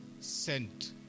sent